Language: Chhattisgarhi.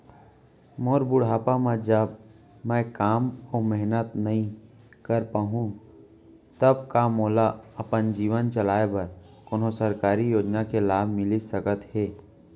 मोर बुढ़ापा मा जब मैं काम अऊ मेहनत नई कर पाहू तब का मोला अपन जीवन चलाए बर कोनो सरकारी योजना के लाभ मिलिस सकत हे?